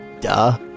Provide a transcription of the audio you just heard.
duh